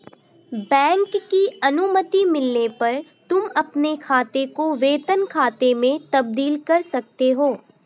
bank की अनुमति मिलने पर तुम अपने खाते को वेतन खाते में तब्दील कर सकते हो